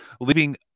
Leaving